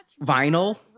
vinyl